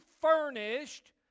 furnished